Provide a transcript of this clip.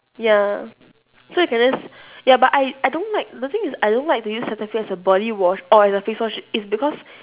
ya so you can just ya but I I don't like the thing is I don't like to use cetaphil as a body wash or as a face wash is because